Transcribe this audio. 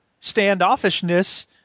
standoffishness